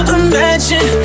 imagine